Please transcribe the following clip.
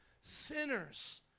Sinners